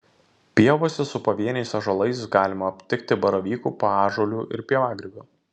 pievose su pavieniais ąžuolais galima aptikti baravykų paąžuolių ir pievagrybių